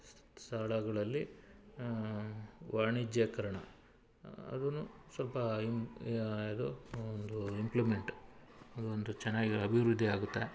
ಸ್ ಸ್ಥಳಗಳಲ್ಲಿ ವಾಣಿಜ್ಯೀಕರಣ ಅದನ್ನು ಸ್ವಲ್ಪ ಇಮ್ ಯಾದು ಒಂದು ಇಂಪ್ಲಿಮೆಂಟ್ ಅದೊಂದು ಚೆನ್ನಾಗಿ ಅಭಿವೃದ್ಧಿ ಆಗುತ್ತೆ